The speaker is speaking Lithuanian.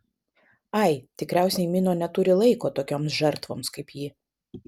ai tikriausiai mino neturi laiko tokioms žertvoms kaip ji